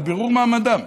עד בירור מעמדם,